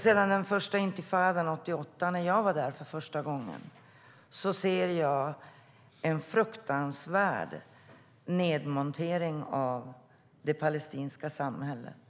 Sedan den första intifadan 1988, när jag var där första gången, har det varit en fruktansvärd nedmontering av det palestinska samhället.